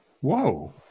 whoa